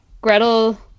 Gretel